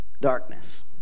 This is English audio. darkness